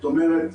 זאת אומרת,